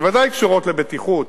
שבוודאי קשורות לבטיחות.